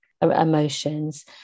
emotions